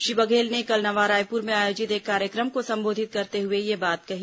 श्री बघेल ने कल नवा रायपूर में आयोजित एक कार्यक्रम को संबोधित करते हुए यह बात कही